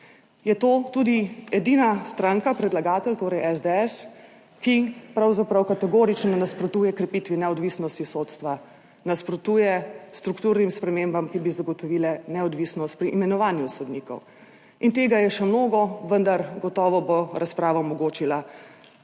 To je tudi edina stranka, predlagatelj, torej SDS, ki pravzaprav kategorično nasprotuje krepitvi neodvisnosti sodstva. Nasprotuje strukturnim spremembam, ki bi zagotovile neodvisnost pri imenovanju sodnikov. In tega je še mnogo, vendar gotovo bo razprava omogočila pogovor